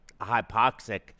hypoxic